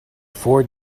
four